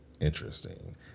interesting